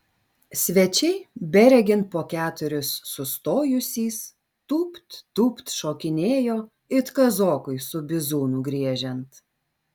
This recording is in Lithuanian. svečiai beregint po keturis sustojusys tūpt tūpt šokinėjo it kazokui su bizūnu griežiant